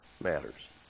matters